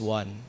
one